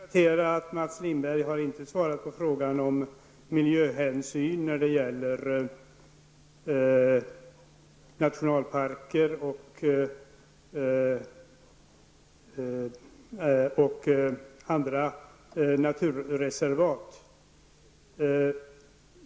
Herr talman! Jag vill bara konstatera att Mats Lindberg inte har svarat på frågan om miljöhänsyn när det gäller nationalparker och andra naturreservat.